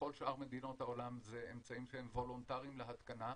בכל שאר מדינות העולם האמצעים הם וולונטריים להתקנה.